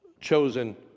chosen